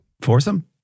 Foursome